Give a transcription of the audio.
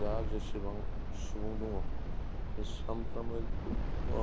जा जेसेबां सुबुं दङ सानफ्रामबो